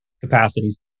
capacities